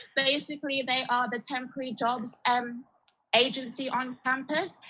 but basically, they are the temporary jobs um agency on campus.